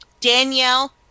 Danielle